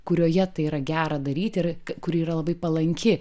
kurioje tai yra gera daryti ir kuri yra labai palanki